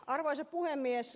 arvoisa puhemies